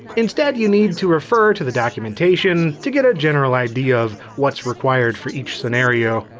instead, you'll need to refer to the documentation to get a general idea of what's required for each scenario.